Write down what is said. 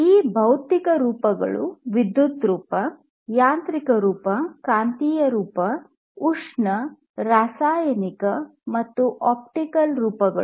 ಈ ಭೌತಿಕ ರೂಪಗಳು ವಿದ್ಯುತ್ ರೂಪ ಯಾಂತ್ರಿಕ ರೂಪ ಕಾಂತೀಯ ರೂಪ ಉಷ್ಣ ರಾಸಾಯನಿಕ ಮತ್ತು ಆಪ್ಟಿಕಲ್ ರೂಪಗಳು